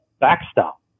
backstop